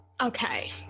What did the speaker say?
Okay